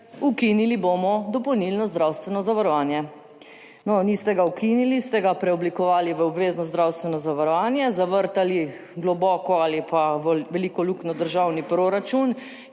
ukinili bomo dopolnilno zdravstveno zavarovanje. No niste ga ukinili, ste ga preoblikovali v obvezno zdravstveno zavarovanje, zavrtali globoko ali pa v veliko luknjo v državni proračun